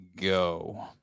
go